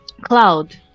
cloud